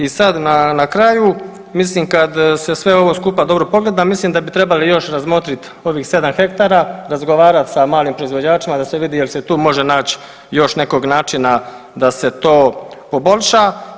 I sada na kraju mislim kada se sve ovo skupa dobro pogleda mislim da bi trebali još razmotriti ovih 7 hektara, razgovarati sa malim proizvođačima da se vidi jel' se tu može naći još nekog načina da se to poboljša.